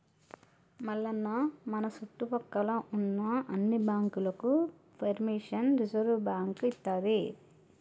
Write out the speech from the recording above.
మల్లన్న మన సుట్టుపక్కల ఉన్న అన్ని బాంకులకు పెర్మిషన్ రిజర్వ్ బాంకు ఇత్తది